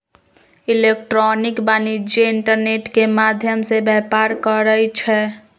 electronic वाणिज्य internet के माध्यम से व्यापार करइ छै